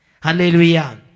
Hallelujah